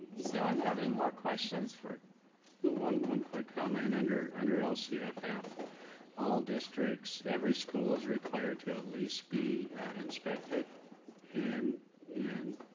does anyone have any more questions for one one quick comment under under lcff. all districts every school is required to at least be inspected and and